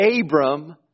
Abram